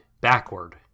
backward